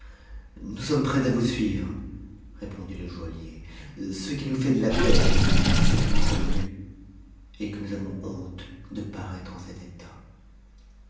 nous sommes prêts à vous suivre répondit le joaillier ce qui nous fait de la peine c'est que nous sommes nus et que nous avons honte de parattre en cet état